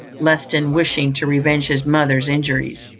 lest in wishing to revenge his mother's injuries,